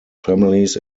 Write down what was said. families